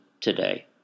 today